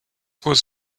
was